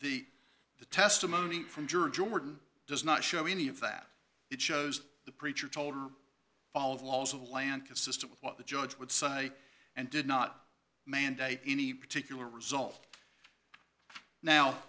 the the testimony from juror jordan does not show any of that it shows the preacher told follow the laws of land consistent with what the judge would say and did not mandate any particular result now